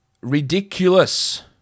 Ridiculous